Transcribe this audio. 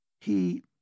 He